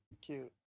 Cute